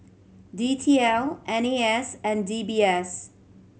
D T L N A S and D B S